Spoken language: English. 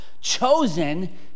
chosen